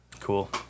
Cool